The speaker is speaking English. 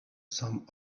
some